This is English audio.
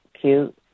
cute